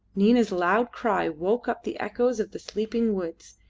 nina's loud cry woke up the echoes of the sleeping woods,